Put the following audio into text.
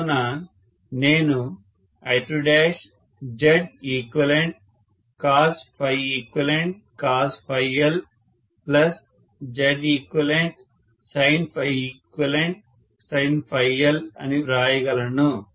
కావున నేను I2ZeqcoseqcosLZeqsineqsinL అని వ్రాయగలను